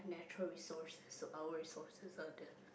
natural resource so our resources are the